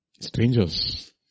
Strangers